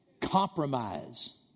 Compromise